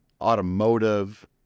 automotive